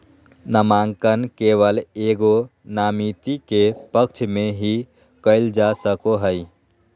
नामांकन केवल एगो नामिती के पक्ष में ही कइल जा सको हइ